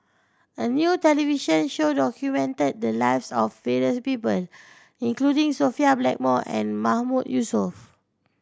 a new television show documented the lives of various people including Sophia Blackmore and Mahmood Yusof